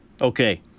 Okay